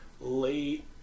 late